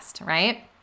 right